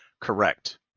Correct